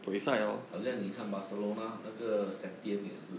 好像你看 barcelona 那个 satian 也是